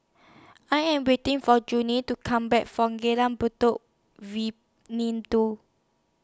I Am waiting For Judi to Come Back from Jalan Buloh